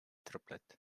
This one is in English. triplet